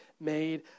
made